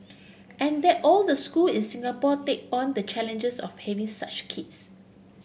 and that all the school in Singapore take on the challenges of having such kids